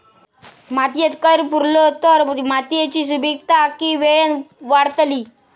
मातयेत कैर पुरलो तर मातयेची सुपीकता की वेळेन वाडतली?